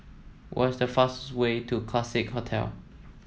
what is the fastest way to Classique Hotel